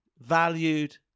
valued